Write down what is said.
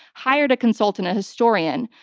hired a consultant, a historian,